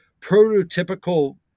prototypical